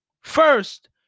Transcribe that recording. First